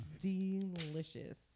Delicious